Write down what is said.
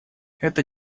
эта